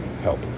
help